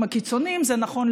אני נחמד,